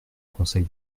conseil